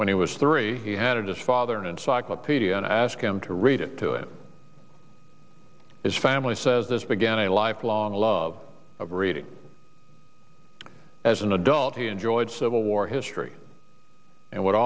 when he was three he had his father an encyclopedia and ask him to read it to him his family says this began a lifelong love of reading as an adult he enjoyed civil war history and would